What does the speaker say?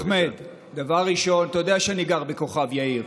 אחמד, דבר ראשון, אתה יודע שאני גר בכוכב יאיר.